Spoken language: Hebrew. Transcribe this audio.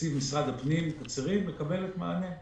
תקציב משרד הפנים קצרין מקבלת מענה,